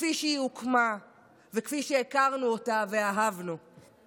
כפי שהיא הוקמה וכפי שהכרנו ואהבנו אותה.